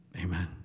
Amen